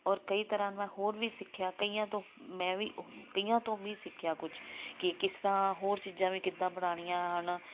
ਔਰ ਕਈ ਤਰ੍ਹਾਂ ਮੈਂ ਹੋਰ ਵੀ ਸਿੱਖਿਆ ਕਈਆਂ ਤੋਂ ਮੈਂ ਵੀ ਕਈਆਂ ਤੋਂ ਵੀ ਸਿੱਖਿਆ ਕੁਛ ਕਿ ਕਿਸ ਤਰ੍ਹਾਂ ਹੋਰ ਚੀਜ਼ਾਂ ਵੀ ਕਿੱਦਾਂ ਬਣਾਉਣੀਆਂ ਹਨ